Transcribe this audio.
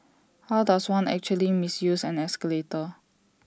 how does one actually misuse an escalator